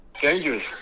dangerous